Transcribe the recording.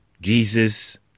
Jesus